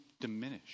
diminish